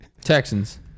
Texans